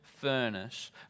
furnace